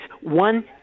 one